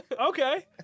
okay